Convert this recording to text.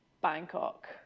Bangkok